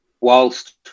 whilst